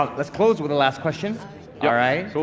ah let's close with a last question alright.